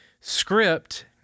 script